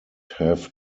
have